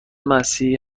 مسیحی